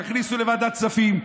תכניסו לוועדת הכספים,